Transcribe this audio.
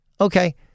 Okay